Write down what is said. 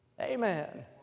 Amen